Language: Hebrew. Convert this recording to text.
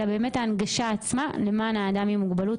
אלא באמת ההנגשה עצמה למען האדם עם המוגבלות,